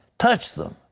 touch them.